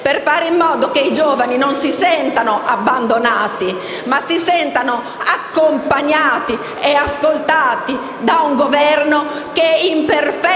per fare in modo che i giovani non si sentano abbandonati, ma si sentano accompagnati e ascoltati da un Governo che è in perfetta